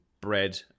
bread